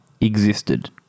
existed